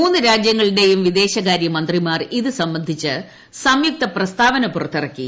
മൂന്നു രാജ്യങ്ങളുടെയും വിദേശകാര്യ മന്ത്രിമാർ ഇതു സംബന്ധിച്ച് സംയുക്ത പ്രസ്താവന പുറത്തിറക്കി